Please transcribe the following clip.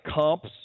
comps